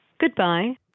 Goodbye